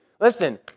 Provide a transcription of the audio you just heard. listen